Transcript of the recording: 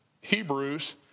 Hebrews